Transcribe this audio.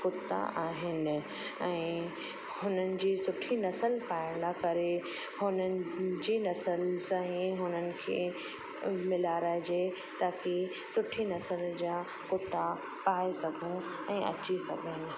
कुता आहिनि ऐं हुननि जी सुठी नसल पालण लाइ करे हुननि जी नसल सां ही हुननि खे मिलाराइजे ताकी सुठी नसल जा कुता पाए सघूं ऐं अची सघनि